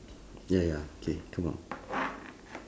ya ya K come on